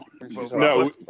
No